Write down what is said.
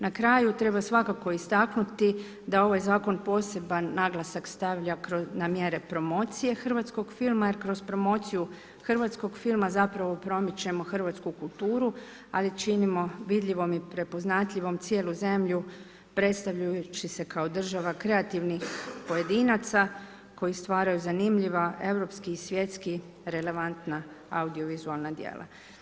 Na kraju treba svakako istaknuti da ovaj zakon poseban naglasak stavlja na mjere promocije hrvatskog filma jer kroz promociju hrvatskog filma zapravo promičemo hrvatsku kulturu, ali činimo vidljivom i prepoznatljivom cijelu zemlju predstavljajući se kao država kreativnih pojedinaca koji stvaraju zanimljiva, europski, svjetski relevantna audiovizualna djela.